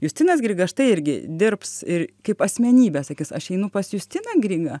justinas grigas štai irgi dirbs ir kaip asmenybė sakys aš einu pas justiną grigą